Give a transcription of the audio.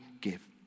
give